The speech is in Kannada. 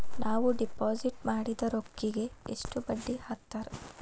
ನಾವು ಡಿಪಾಸಿಟ್ ಮಾಡಿದ ರೊಕ್ಕಿಗೆ ಎಷ್ಟು ಬಡ್ಡಿ ಹಾಕ್ತಾರಾ?